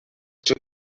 too